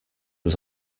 was